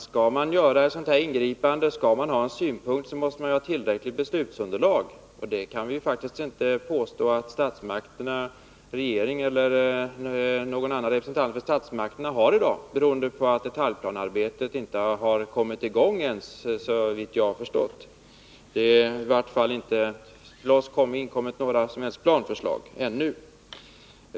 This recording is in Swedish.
Skall man göra ett sådant här ingripande och framföra en synpunkt, måste man ha tillräckligt beslutsunderlag, och det kan vi faktiskt inte påstå att regeringen eller någon annan representant för statsmakterna har i dag, beroende på att detaljplanearbetet inte ens har kommit i gång, såvitt jag har förstått. Det har i varje fall ännu inte inkommit några som helst planförslag till oss.